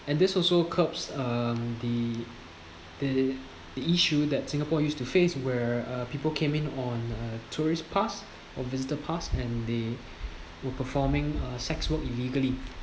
and this also curbs um the the the issue that singapore used to face where uh people came in on uh tourist pass or visitor pass and they were performing sex work illegally